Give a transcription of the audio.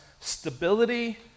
stability